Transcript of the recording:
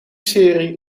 serie